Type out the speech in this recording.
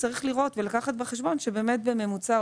צריך לראות ולקחת בחשבון שבאמת בממוצע,